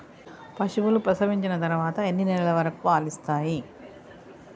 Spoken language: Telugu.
పశువులు ప్రసవించిన తర్వాత ఎన్ని నెలల వరకు పాలు ఇస్తాయి?